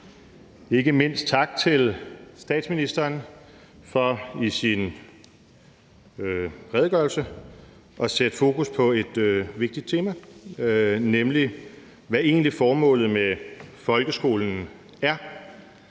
ikke mindst tak til statsministeren for i sin redegørelse at sætte fokus på et vigtigt tema, nemlig hvad formålet med folkeskolen